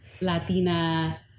Latina